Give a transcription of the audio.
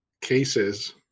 cases